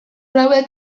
hauek